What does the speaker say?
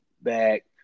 back